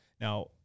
Now